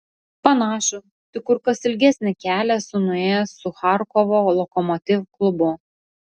panašų tik kur kas ilgesnį kelią esu nuėjęs su charkovo lokomotiv klubu